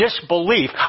disbelief